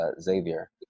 Xavier